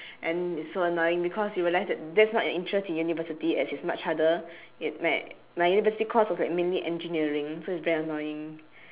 and it's so annoying because you realise that that's not your interest in university as it's much harder and my my university course was like mainly engineering so it's very annoying